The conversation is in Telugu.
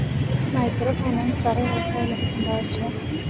మైక్రో ఫైనాన్స్ ద్వారా వ్యవసాయ లోన్ పొందవచ్చా?